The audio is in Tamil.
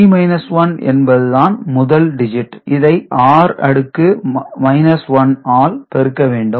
d 1 என்பது தான் முதல் டிஜிட் இதை r அடுக்கு 1 ஆல் பெருக்க வேண்டும்